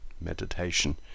meditation